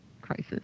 crisis